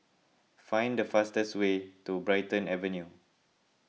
find the fastest way to Brighton Avenue